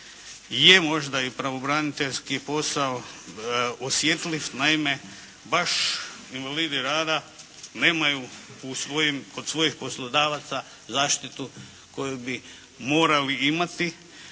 je možda i pravobraniteljski posao osjetljiv. Naime, baš invalidi rada nemaju od svojih poslodavaca zaštitu koju bi morali imati,